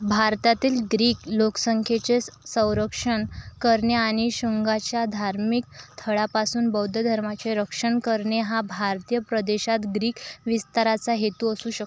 भारतातील ग्रीक लोकसंख्येचे स संरक्षण करणे आणि शुंगाच्या धार्मिक छळापासून बौद्ध धर्माचे रक्षण करणे हा भारतीय प्रदेशात ग्रीक विस्ताराचा हेतू असू शकतो